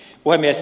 puhemies